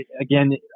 again